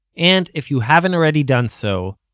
and, if you haven't already done so,